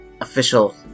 ...official